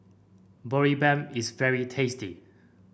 boribap is very tasty